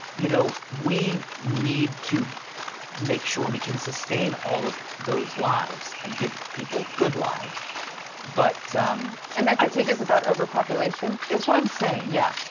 you know we need to make sure we can sustain all of those lives and give people good lives but um and that could take us about overpopulation. is what i'm saying, yeah.